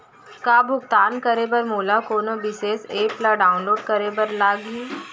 का भुगतान करे बर मोला कोनो विशेष एप ला डाऊनलोड करे बर लागही